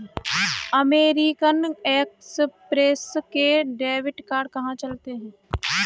American Express के debit card कहाँ पर चलते हैं?